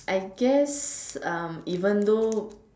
I guess um even though